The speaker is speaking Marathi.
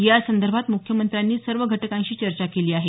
यासंदर्भात मुख्यमंत्र्यांनी सर्व घटकांशी चर्चा केली आहे